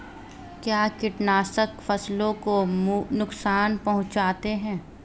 क्या कीटनाशक फसलों को नुकसान पहुँचाते हैं?